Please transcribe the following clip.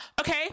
Okay